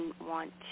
want